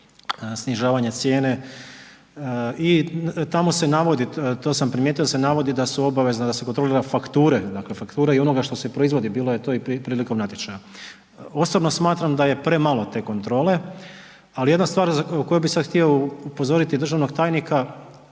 snižavanje cijene i tamo se navodi, to sam primijetio da se navodi da su obavezna da se kontrolira fakture, dakle fakture i onoga štose proizvodi, bilo je to i prilikom natječaja. Osobno smatram da je premalo te kontrole ali jedna stvar za koju bi sad htio upozoriti državnog tajnika,